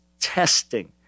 testing